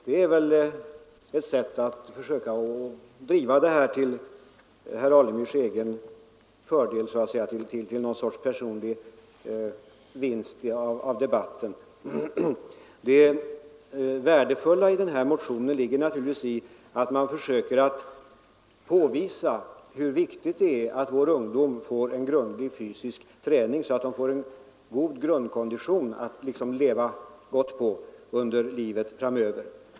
Men det är väl att försöka driva denna debatt till någon sorts personlig fördel för herr Alemyr.Det värdefulla i motionen ligger i att vi försöker påvisa hur viktigt det är att vår ungdom får en grundlig fysisk träning, så att ungdomarna sedan får en god grundkondition att leva gott på under livet framöver.